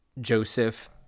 Joseph